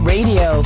Radio